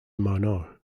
minot